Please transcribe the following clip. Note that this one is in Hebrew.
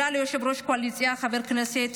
תודה ליושב-ראש הקואליציה חבר הכנסת